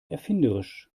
erfinderisch